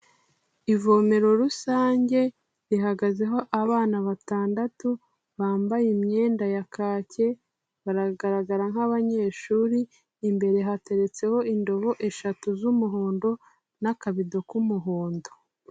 Ivomero rusange rihagazeho abana batandatu bambaye imyenda ya kaki, baragaragara nk'abanyeshuri, imbere hateretseho indobo eshatu z'umuhondo n'akabido k'umuhondo.